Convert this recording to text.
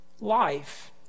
life